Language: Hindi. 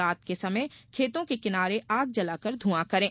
रात के समय खेतों के किनारे आग जलाकर धुंआ करें